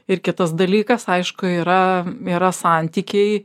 ir kitas dalykas aišku yra yra santykiai